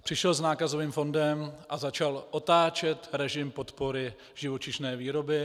Přišel s nákazovým fondem a začal otáčet režim podpory živočišné výroby.